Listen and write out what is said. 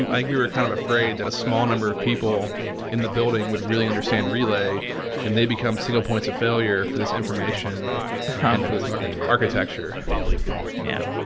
i think we were kind of afraid that a small number of people in the building would really understand relay and they become single points of failure for this information ah and for this architecture yeah,